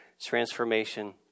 transformation